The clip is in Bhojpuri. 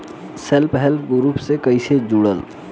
सेल्फ हेल्प ग्रुप से कइसे जुड़म?